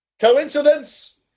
Coincidence